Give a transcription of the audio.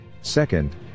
Second